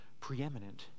preeminent